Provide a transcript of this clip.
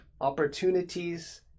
Opportunities